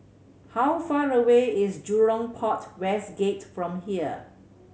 how far away is Jurong Port West Gate from here